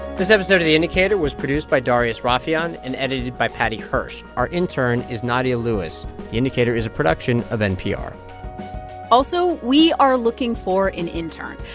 this episode of the indicator was produced by darius rafieyan and edited by paddy hirsch. our intern is nadia lewis. the indicator is a production of npr also, we are looking for an intern.